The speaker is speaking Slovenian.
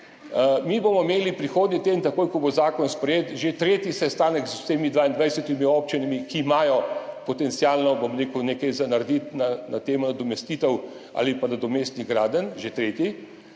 Mi bomo imeli prihodnji teden, takoj ko bo zakon sprejet, že tretji sestanek z vsemi 22 občinami, ki imajo potencialno nekaj narediti na temo nadomestitev ali nadomestnih gradenj. Že tretji.